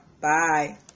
Bye